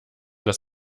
dass